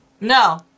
No